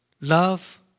Love